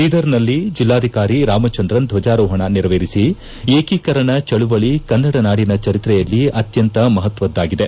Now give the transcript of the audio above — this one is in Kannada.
ಬೀದರ್ನಲ್ಲಿ ಜೆಲ್ಲಾಧಿಕಾರಿ ರಾಮಚಂದ್ರನ್ ಧ್ವಜಾರೋಹಣ ನೆರವೇರಿಸಿ ಏಕೀಕರಣ ಚಳವಳಿ ಕನ್ನಡ ನಾಡಿನ ಚರಿತ್ರೆಯಲ್ಲಿ ಅತ್ಯಂತ ಮಹತ್ತದ್ದಾಗಿದೆ